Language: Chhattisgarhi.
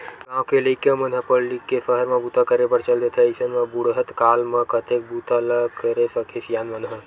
गाँव के लइका मन ह पड़ लिख के सहर म बूता करे बर चल देथे अइसन म बुड़हत काल म कतेक बूता ल करे सकही सियान मन ह